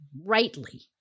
rightly